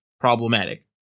problematic